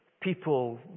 people